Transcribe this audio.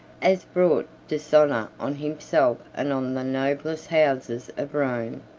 as brought dishonor on himself and on the noblest houses of rome.